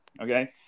okay